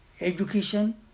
Education